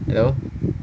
hello